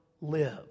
live